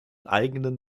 eigenen